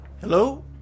Hello